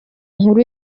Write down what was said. nkuru